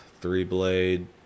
three-blade